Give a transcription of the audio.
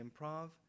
improv